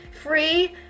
free